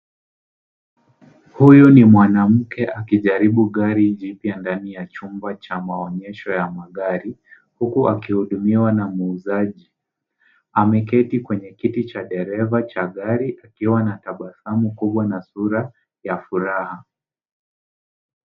Huyu ni mwanamke akijaribu gari jipya ndani ya chumba cha maonyesho ya magari, huku akihudumiwa na muuzaji. Ameketi kwenye kiti cha dereva cha gari, akiwa na tabasamu kubwa, na sura, ya furaha.